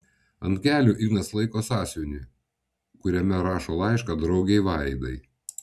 ant kelių ignas laiko sąsiuvinį kuriame rašo laišką draugei vaidai